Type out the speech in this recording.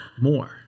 more